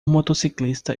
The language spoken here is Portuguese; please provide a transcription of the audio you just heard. motociclista